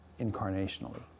incarnationally